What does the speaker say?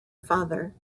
father